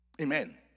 Amen